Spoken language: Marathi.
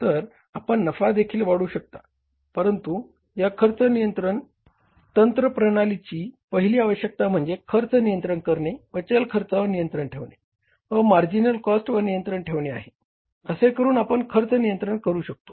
तर आपण नफा देखील वाढवू शकता परंतु या खर्च नियंत्रण तंत्र प्रणालीची पहिली आवश्यकता म्हणजे खर्च नियंत्रण करणे व चल खर्चावर नियंत्रण ठेवणे व मार्जिनल कॉस्ट वर नियंत्रण ठेवणे आहे असे करून आपण खर्च नियंत्रण करू शकतो